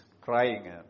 crying